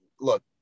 look